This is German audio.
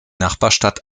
nachbarstadt